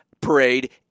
Parade